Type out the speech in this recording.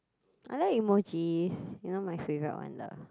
I like emojis you know my favourite one the